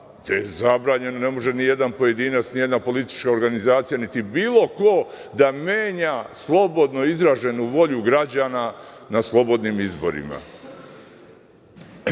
gde je zabranjeno, ne može ni jedan pojedinac, nijedna politička organizacija, niti bilo ko da menja slobodno izraženu volju građana na slobodnim izborima. Uvek